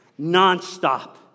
Nonstop